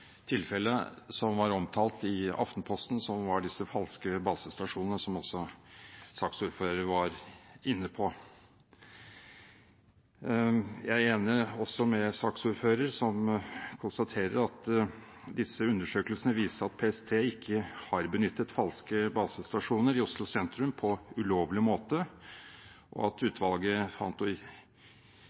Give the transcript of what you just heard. som var omtalt i Aftenposten, nemlig disse falske basestasjonene, som også saksordføreren var inne på. Jeg er også enig med saksordføreren når hun konstaterer at disse undersøkelsene viser at PST ikke har benyttet falske basestasjoner i Oslo sentrum på ulovlig måte, og at utvalget ikke fant